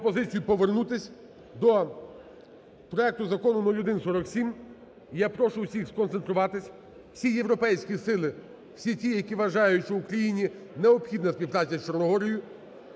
Пропозиція повернутись до проекту Закону (0147). І я прошу всіх сконцентруватись. Всі європейські сили, всі ті, які вважають, що Україні необхідна співпраця з Чорногорією,